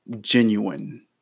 genuine